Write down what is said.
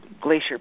Glacier